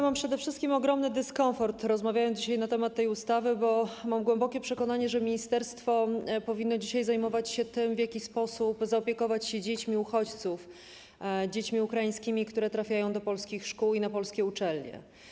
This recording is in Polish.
Mam przede wszystkim ogromny dyskomfort, rozmawiając dzisiaj na temat tej ustawy, bo mam głębokie przekonanie, że ministerstwo powinno dzisiaj zajmować się tym, w jaki sposób zaopiekować się dziećmi uchodźców, dziećmi ukraińskimi, które trafiają do polskich szkół i na polskie uczelnie.